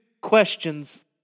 questions